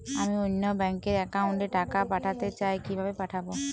আমি অন্য ব্যাংক র অ্যাকাউন্ট এ টাকা পাঠাতে চাই কিভাবে পাঠাবো?